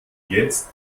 jetzt